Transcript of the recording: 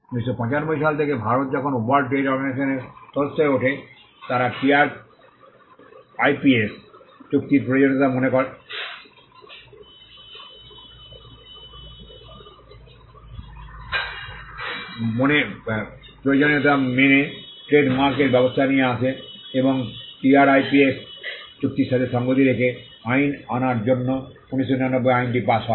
1995 সাল থেকে ভারত যখন ওয়ার্ল্ড ট্রেড অর্গানাইজেশনের সদস্য হয়ে ওঠে তারা টিআরআইপিএস চুক্তির প্রয়োজনীয়তা মেনে ট্রেড মার্কের ব্যবস্থা নিয়ে আসে এবং টিআরআইপিএস চুক্তির সাথে সঙ্গতি রেখে আইন আনার জন্য 1999 আইনটি পাস হয়